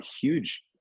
huge